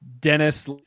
Dennis